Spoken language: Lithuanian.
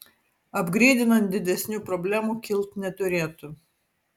apgreidinant didesnių problemų kilt neturėtų